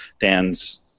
Dan's